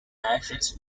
ashes